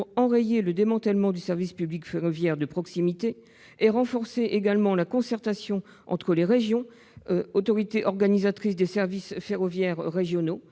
enrayer le démantèlement du service public ferroviaire de proximité et renforcer la concertation entre les régions, autorités organisatrices des services ferroviaires régionaux,